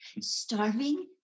starving